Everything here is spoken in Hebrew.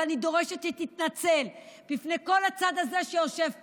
ואני דורשת שתתנצל בפני כל הצד הזה שיושב כאן.